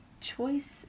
Choice